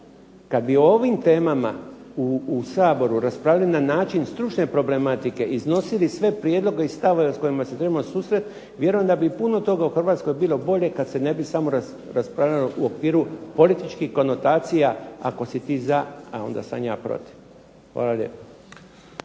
kad bi o ovim temama u Saboru raspravljali na način stručne problematike, iznosili sve prijedloge i stavove s kojima se trebamo susretati vjerujem da bi puno toga u Hrvatskoj bilo bolje kad se ne bi samo raspravljalo u okviru političkih konotacija ako si ti za, a onda sam ja protiv. Hvala lijepa.